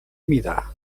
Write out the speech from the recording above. mida